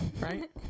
right